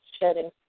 shedding